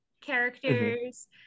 characters